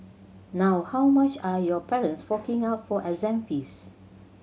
now how much are your parents forking out for exam fees